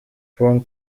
prawn